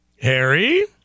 Harry